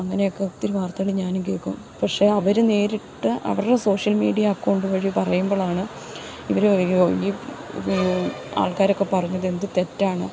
അങ്ങനെയൊക്കെ ഒത്തിരി വാർത്തകൾ ഞാനും കേക്കും പക്ഷേ അവർ നേരിട്ട് അവരുടെ സോഷ്യൽ മീഡിയ അക്കൗണ്ട് വഴി പറയുമ്പോഴാണ് ഇവർ ആൾക്കാരൊക്കെ പറഞ്ഞത് എന്ത് തെറ്റാണ്